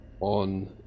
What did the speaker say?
on